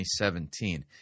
2017